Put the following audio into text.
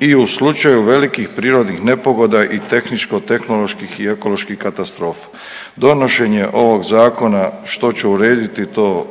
i u slučaju velikih prirodnih nepogoda i tehničko-tehnoloških i ekoloških katastrofa. Donošenje ovog Zakona što će urediti to